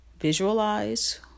visualize